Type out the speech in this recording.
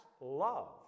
love